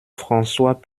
françois